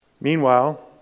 Meanwhile